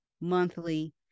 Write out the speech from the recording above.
monthly